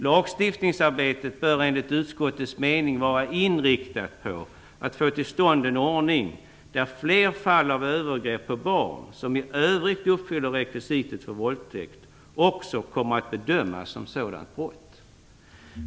Lagstiftningsarbetet bör enligt utskottets mening vara inriktat på att få till stånd en ordning där fler fall av övergrepp på barn som i övrigt uppfyller rekvisiten för våldtäkt också kommer att bedömas som sådana brott."